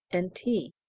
and tea.